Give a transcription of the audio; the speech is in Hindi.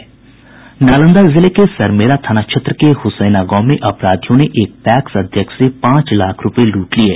नालंदा जिले के सरमेरा थाना क्षेत्र के हुसैना गांव में अपराधियों ने एक पैक्स अध्यक्ष से पांच लाख रूपये लूट लिये